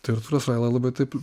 tai artūras raila labai taip